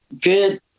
good